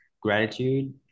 Gratitude